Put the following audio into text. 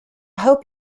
hope